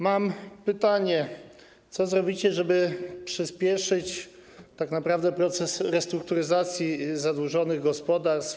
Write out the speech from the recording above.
Mam pytanie: Co zrobicie, żeby przyspieszyć tak naprawdę proces restrukturyzacji zadłużonych gospodarstw?